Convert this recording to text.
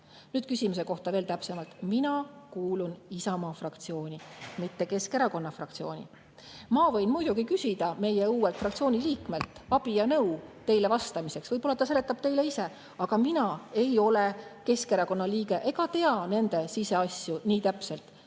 sõna. Nüüd küsimuse kohta veel täpsemalt. Mina kuulun Isamaa fraktsiooni, mitte Keskerakonna fraktsiooni. Ma võin muidugi küsida meie uuelt fraktsiooni liikmelt abi ja nõu teile vastamiseks, aga võib-olla ta seletab teile ise. Aga mina ei ole Keskerakonna liige ega tea nende siseasju nii täpselt.